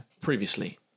Previously